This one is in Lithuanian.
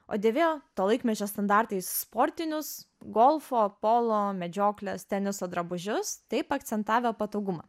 o dėvėjo to laikmečio standartais sportinius golfo polo medžioklės teniso drabužius taip akcentavę patogumą